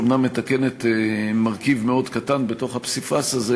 שאומנם מתקנת מרכיב מאוד קטן בתוך הפסיפס הזה,